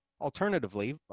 Alternatively